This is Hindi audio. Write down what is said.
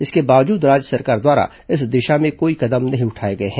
इसके बावजूद राज्य सरकार द्वारा इस दिशा में कोई कदम नहीं उठाए गए हैं